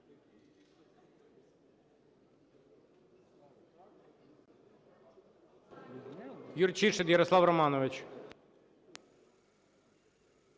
Юрчишин Ярослав Романович.